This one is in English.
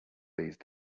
these